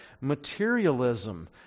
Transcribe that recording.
Materialism